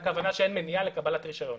הכוונה שאין מניעה לקבלת רישיון.